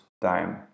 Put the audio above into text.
time